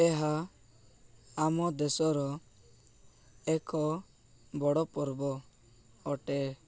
ଏହା ଆମ ଦେଶର ଏକ ବଡ଼ ପର୍ବ ଅଟେ